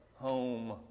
Home